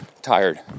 tired